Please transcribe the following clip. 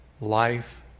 Life